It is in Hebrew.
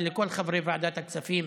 ולכל חברי ועדת הכספים,